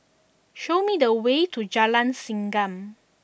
show me the way to Jalan Segam